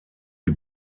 die